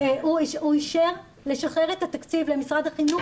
הוא אישר לשחרר את התקציב למשרד החינוך